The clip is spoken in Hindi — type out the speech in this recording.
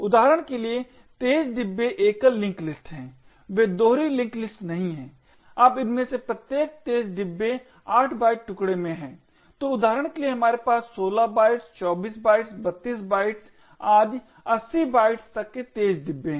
उदाहरण के लिए तेज डिब्बे एकल लिंक लिस्ट हैं वे दोहरी लिंक लिस्ट नहीं हैं अब इनमें से प्रत्येक तेज डब्बे 8 बाइट टुकडे में हैं तो उदाहरण के लिए हमारे पास 16 बाइट्स 24 बाइट्स 32 बाइट्स आदि 80 बाइट्स तक के तेज डब्बे हैं